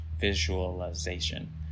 visualization